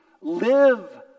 live